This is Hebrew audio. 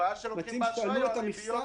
אנחנו מציעים שתעלו להם את המכסה.